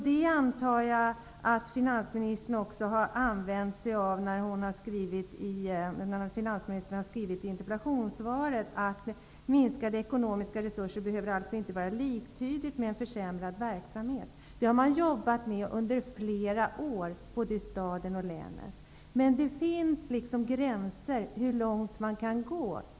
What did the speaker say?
Detta antar jag att finansministern också har använt sig av när hon sade i interpellationssvaret att minskade ekonomiska resurser inte behöver vara liktydigt med en försämrad verksamhet. Det har man jobbat med under flera år både i Stockholms stad och län. Det finns dock gränser för hur långt man kan gå.